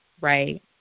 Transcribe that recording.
right